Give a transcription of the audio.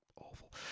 awful